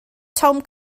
tom